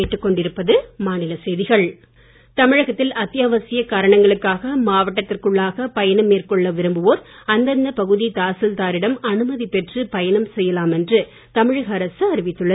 பயண அனுமதி தமிழகத்தில் அத்தியாவசிய காரணங்களுக்காக மாவட்டத்திற்குள்ளாக பயணம் மேற்கொள்ள விரும்புவோர் அந்தந்த பகுதி தாசில்தாரிடம் அனுமதி பெற்று பயணம் செய்யலாம் என்று தமிழக அரசு அறிவித்துள்ளது